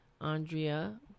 Andrea